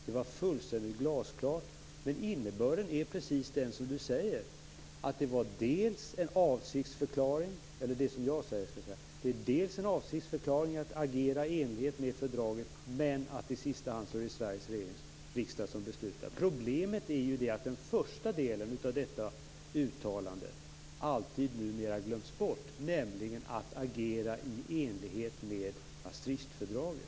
Det var fullständigt glasklart, och innebörden är precis vad jag sagt: dels en avsiktsförklaring att agera i enlighet med fördraget, dels en deklaration att det i sista hand är Sveriges riksdag som beslutar. Problemet är att den första delen av detta uttalande, nämligen om att agera enligt Maastrichtfördraget, numera alltid glöms bort.